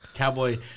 Cowboy